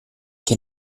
che